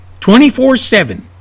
24-7